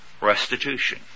restitution